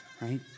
right